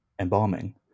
embalming